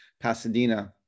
Pasadena